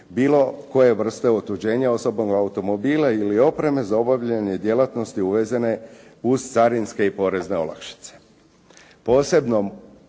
bilo koje vrste otuđenja osobnog automobila ili opreme za obavljanje djelatnosti uvezene uz carinske i porezne olakšice.